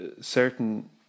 certain